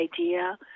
idea